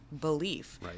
belief